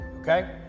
Okay